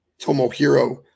Tomohiro